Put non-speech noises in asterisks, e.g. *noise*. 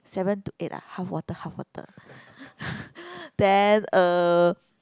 seven to eight ah half water half water *laughs* then uh